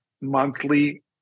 monthly